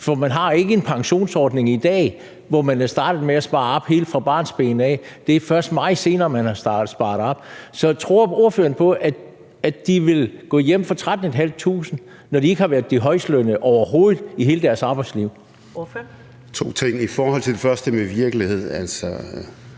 for man har ikke en pensionsordning i dag, hvor man er startet med at spare op helt fra barnsben af? Det er først meget senere, man har sparet op. Så tror ordføreren på, at de vil gå hjem for 13.500 kr., når de ikke har været de højestlønnede overhovedet i hele deres arbejdsliv? Kl. 15:29 Første næstformand